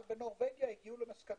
אבל בנורבגיה הגיעו למסקנה,